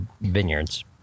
vineyards